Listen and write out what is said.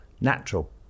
natural